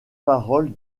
parole